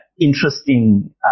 interesting